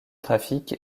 trafic